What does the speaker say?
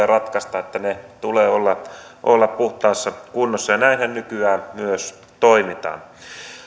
ratkaista että niiden tulee olla olla puhtaassa kunnossa näinhän nykyään myös toimitaan